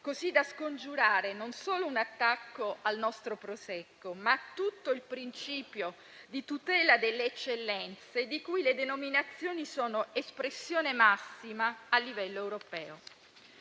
così da scongiurare non solo un attacco al nostro Prosecco, ma a tutto il principio di tutela delle eccellenze, di cui le denominazioni sono espressione massima a livello europeo.